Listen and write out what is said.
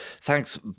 Thanks